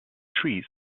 trees